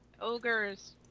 Ogres